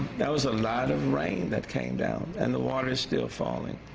that was a lot of rain that came down, and the water is still falling.